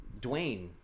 dwayne